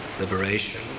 liberation